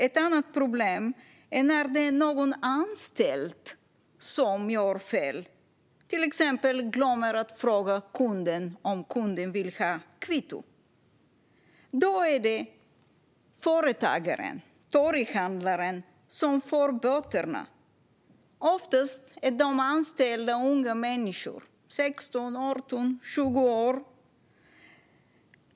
Ett annat problem är när det är någon anställd som gör fel, till exempel glömmer att fråga om kunden vill ha kvitto. Då är det företagaren, torghandlaren, som ska betala böterna. Oftast är de anställda unga människor, 16-20 år.